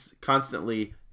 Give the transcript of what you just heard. constantly